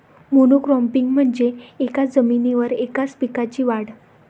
monocropping म्हणजे एकाच जमिनीवर एकाच पिकाची वाढ